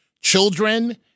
children